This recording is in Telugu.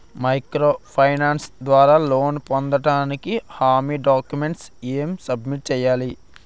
మైక్రో ఫైనాన్స్ ద్వారా లోన్ పొందటానికి హామీ డాక్యుమెంట్స్ ఎం సబ్మిట్ చేయాలి?